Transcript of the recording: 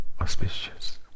auspicious